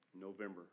November